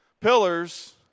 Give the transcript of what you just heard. Pillars